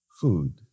food